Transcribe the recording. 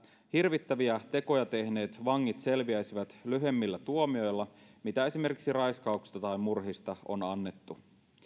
hirvittäviä tekoja tehneet vangit selviäisivät lyhyemmillä tuomioilla kuin mitä esimerkiksi raiskausista tai murhista on annettu